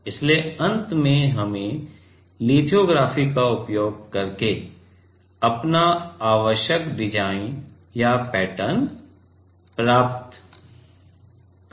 इसलिए अंत में हमने लिथोग्राफी का उपयोग करके अपना आवश्यक डिज़ाइन या पैटर्न प्राप्त किया